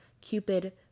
cupid